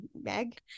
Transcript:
Meg